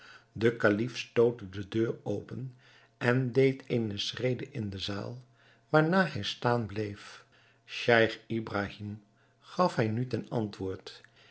de kalif stootte de deur open en deed eene schrede in de zaal waarna hij staan bleef scheich ibrahim gaf hij nu ten antwoord